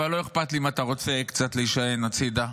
אבל לא אכפת לי אם אתה רוצה קצת להישען הצידה.